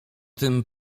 tym